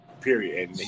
Period